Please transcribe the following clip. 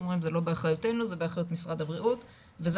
אומרים זה לא באחריותנו זה באחריות משרד הבריאות וזאת